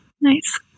Nice